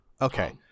Okay